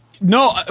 no